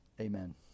Amen